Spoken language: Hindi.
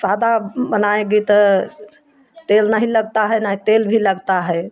सादा बनाएगी तो तेल नहीं लगता है नहीं तेल भी लगता है